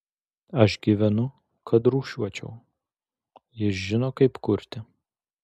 aš gyvenu kad rūšiuočiau jis žino kaip kurti